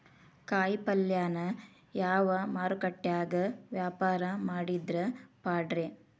ಕಾಯಿಪಲ್ಯನ ಯಾವ ಮಾರುಕಟ್ಯಾಗ ವ್ಯಾಪಾರ ಮಾಡಿದ್ರ ಪಾಡ್ರೇ?